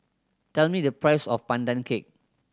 tell me the price of Pandan Cake